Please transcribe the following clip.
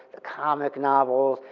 the comic novels,